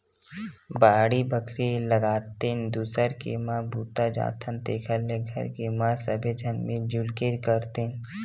बाड़ी बखरी लगातेन, दूसर के म बूता जाथन तेखर ले घर के म सबे झन मिल जुल के करतेन